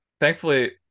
thankfully